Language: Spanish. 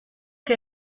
que